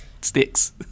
sticks